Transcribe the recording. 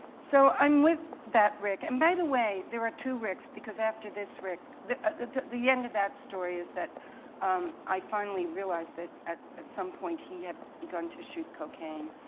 so i'm with that rick. and by the way, there are two ricks, because after this rick the the end of that story is that i finally realized that at at some point he had begun to shoot cocaine.